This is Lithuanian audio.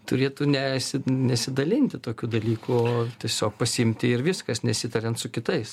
turėtų ne nesidalinti tokių dalykų o tiesiog pasiimti ir viskas nesitariant su kitais